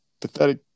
pathetic